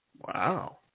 Wow